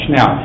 Now